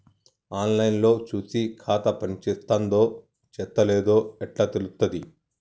On line లో చూసి ఖాతా పనిచేత్తందో చేత్తలేదో ఎట్లా తెలుత్తది?